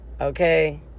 okay